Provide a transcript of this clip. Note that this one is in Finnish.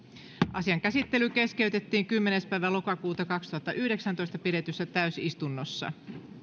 asian käsittely keskeytettiin kymmenes kymmenettä kaksituhattayhdeksäntoista pidetyssä täysistunnossa